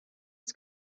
was